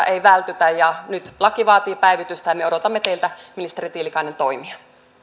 ei vältytä nyt laki vaatii päivitystä ja me odotamme teiltä ministeri tiilikainen toimia